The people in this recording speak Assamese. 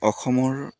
অসমৰ